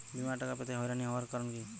বিমার টাকা পেতে হয়রানি হওয়ার কারণ কি?